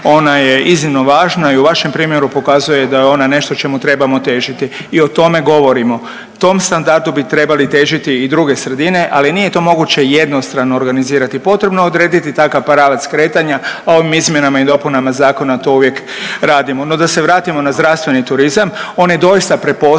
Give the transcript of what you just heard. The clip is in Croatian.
Ona je iznimno važna i u vašem primjeru pokazuje da je ona nešto čemu trebamo težiti i o tome govorimo. Tom standardu bi trebali težiti i druge sredine, ali nije to moguće jednostrano organizirati. Potrebno je odrediti takav pravac kretanja, a ovim izmjenama i dopunama zakona to uvijek radimo. No da se vratimo na zdravstveni turizam. On je doista prepoznan